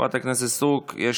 חברת הכנסת סטרוק, יש